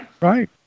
Right